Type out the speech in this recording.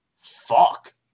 fuck